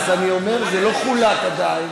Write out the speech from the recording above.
אז אני אומר שזה לא חולק עדיין.